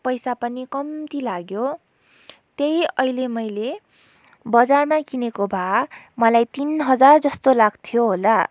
पैसा पनि कम्ती लाग्यो त्यही अहिले मैले बजारमा किनेको भए मलाई तिन हजार जस्तो लाग्थ्यो होला